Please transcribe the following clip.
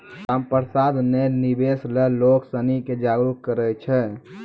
रामप्रसाद ने निवेश ल लोग सिनी के जागरूक करय छै